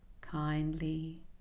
Kindly